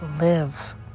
live